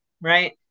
right